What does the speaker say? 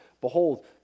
behold